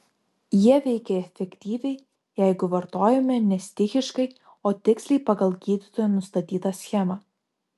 jie veikia efektyviai jeigu vartojami ne stichiškai o tiksliai pagal gydytojo nustatytą schemą